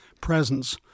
presence